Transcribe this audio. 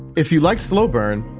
if you'd like, slow burn,